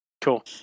Cool